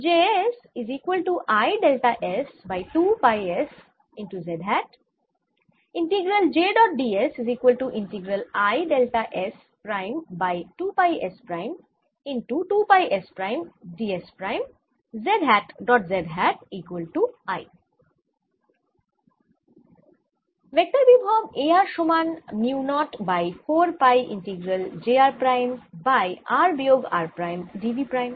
vector বিভব A r সমান mu 0 by 4 pi integral j r prime by r বিয়োগ r prime d v prime